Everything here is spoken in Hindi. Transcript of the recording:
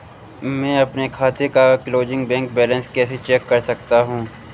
मैं अपने खाते का क्लोजिंग बैंक बैलेंस कैसे चेक कर सकता हूँ?